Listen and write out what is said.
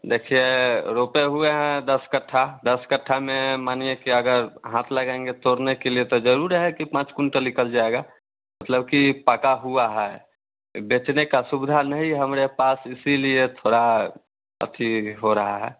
देखिए रोपे हुए हैं दस कट्टा दस कट्टा में मानिए कि अगर हाथ लगाएँगे तोड़ने के लिए तो ज़रूर है कि पाँच कुंटल निकल जाएगा मतलब कि पका हुआ है बेचने की सुविधा नहीं हमारे पास इसीलिए थोड़ा अती हो रहा है